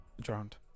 Drowned